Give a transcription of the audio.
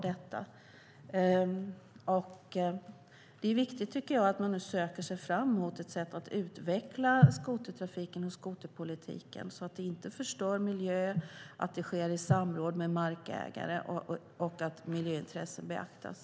Det är viktigt, tycker jag, att man nu söker sig fram mot ett sätt att utveckla skotertrafiken och skoterpolitiken så att inte miljön förstörs, att detta sker i samråd med markägare och att miljöintressen beaktas.